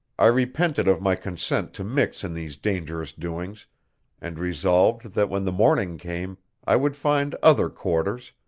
i repented of my consent to mix in these dangerous doings and resolved that when the morning came i would find other quarters,